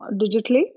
digitally